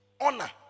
Honor